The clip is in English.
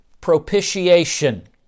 Propitiation